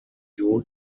new